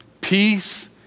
peace